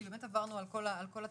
כי באמת עברנו על כל התקנות,